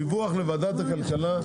דיווח לוועדת הכלכלה.